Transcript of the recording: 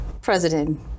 President